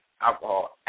alcohol